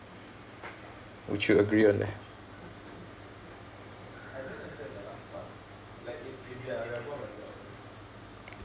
would you agree on that